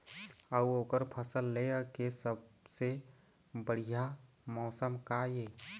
अऊ ओकर फसल लेय के सबसे बढ़िया मौसम का ये?